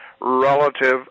relative